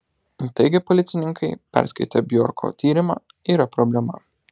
taigi policininkai perskaitę bjorko tyrimą yra problema